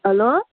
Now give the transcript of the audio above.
hello